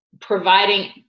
providing